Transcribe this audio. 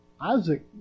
Isaac